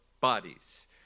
bodies